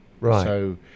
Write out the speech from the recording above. Right